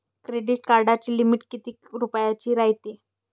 Credit कार्डाची limit कितीक रुपयाची रायते?